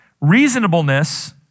Reasonableness